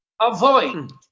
avoid